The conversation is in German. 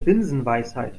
binsenweisheit